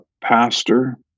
pastor